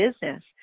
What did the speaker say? business